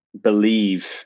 believe